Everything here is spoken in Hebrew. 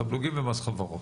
תמלוגים ומס חברות.